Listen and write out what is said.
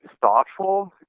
thoughtful